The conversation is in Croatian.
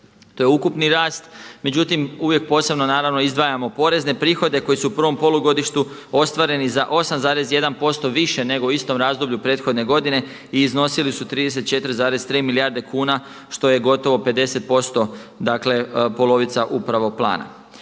to je ukupni rast. Međutim uvijek posebno naravno izdvajamo porezne prihode koji su u prvom polugodištu ostvareni za 8,1% više nego u istom razdoblju prethodne godine i iznosili su 34,3 milijarde kuna što je gotovo 50% dakle polovica upravo plana.